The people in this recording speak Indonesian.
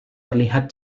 terlihat